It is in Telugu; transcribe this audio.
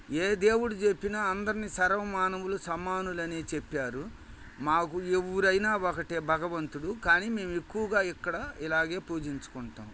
ఏ దేవుడు చెప్పినా అందరినీ సర్వ మానవులు సమానులనే చెప్పారు మాకు ఎవ్వరైనా ఒకటే భగవంతుడు కానీ మేము ఎక్కువగా ఇక్కడ ఇలాగే పూజించుకుంటాము